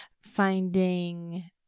finding